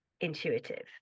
intuitive